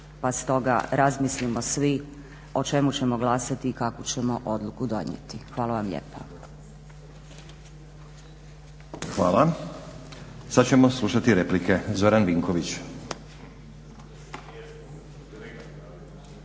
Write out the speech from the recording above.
pa stoga razmislimo svi o čemu ćemo glasati i Hvala vam lijepa. **Stazić, Nenad (SDP)** Hvala. Sad ćemo slušati replike, Zoran Vinković.